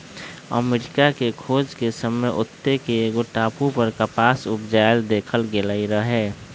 अमरिका के खोज के समय ओत्ते के एगो टापू पर कपास उपजायल देखल गेल रहै